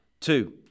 Two